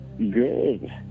Good